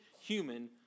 human